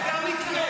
זה גם יקרה.